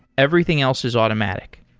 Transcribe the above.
everything else is automatic,